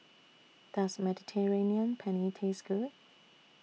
Does Mediterranean Penne Taste Good